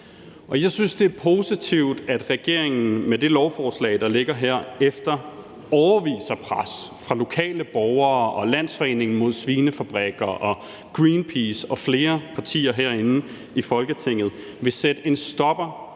jeg synes, det er positivt, at regeringen med det lovforslag, der ligger her, efter årevis af pres fra lokale borgere og Landsforeningen mod svinefabrikker og Greenpeace og flere partier herinde i Folketinget vil sætte en stopper